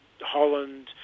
Holland